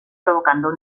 provocando